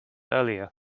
earlier